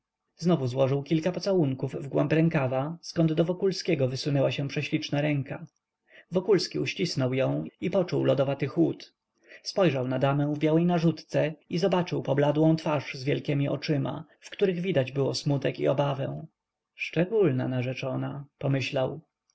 znowu złożył kilka pocałunków w głąb rękawa zkąd do wokulskiego wysunęła się prześliczna ręka wokulski uścisnął ją i poczuł lodowaty chłód spojrzał na damę w białej narzutce i zobaczył pobladłą twarz z wielkiemi oczyma w których widać było smutek i obawę szczególna narzeczona pomyślał